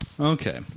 Okay